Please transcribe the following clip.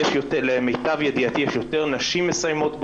למיטב ידיעתי יש יותר נשים מסיימות,